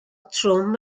trwm